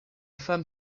femme